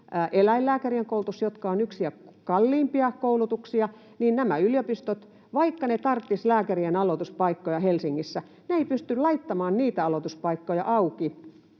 eläinlääkärien koulutuksessa, jotka ovat yksiä kalliimpia koulutuksia, nämä yliopistot, vaikka ne tarvitsisivat lääkärien aloituspaikkoja Helsingissä, eivät pysty laittamaan niitä aloituspaikkoja auki,